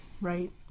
Right